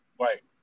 Right